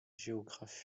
géographes